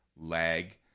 lag